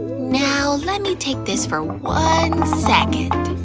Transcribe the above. now lemme take this for one second,